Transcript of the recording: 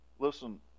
Listen